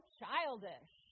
childish